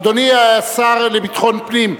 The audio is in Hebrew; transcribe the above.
אדוני השר לביטחון פנים,